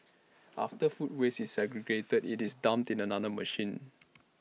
after food waste is segregated IT is dumped in another machine